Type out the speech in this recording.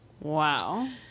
Wow